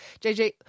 JJ